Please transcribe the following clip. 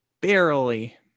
barely